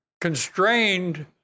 constrained